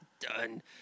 Done